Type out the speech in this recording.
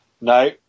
No